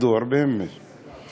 תישאר אתי.